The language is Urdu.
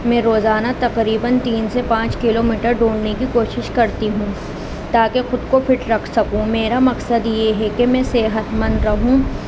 میں روزانہ تقریباً تین سے پانچ کلو میٹر دوڑنے کی کوشش کرتی ہوں تا کہ خود کو فٹ رکھ سکوں میرا مقصد یہ ہے کہ میں صحت مند رہوں